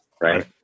right